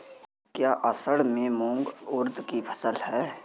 क्या असड़ में मूंग उर्द कि फसल है?